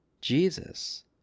Jesus